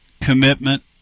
commitment